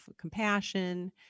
compassion